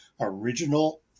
original